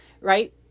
right